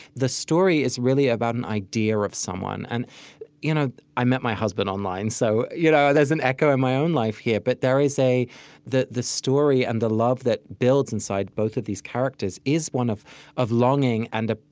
the story is really about an idea of someone. and you know i met my husband online, so you know there's an echo in my own life here. but there is a the the story, and the love that builds inside both of these characters, is one of of longing and ah